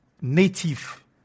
native